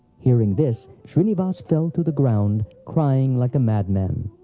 hearing this, shrinivas fell to the ground crying like a madman.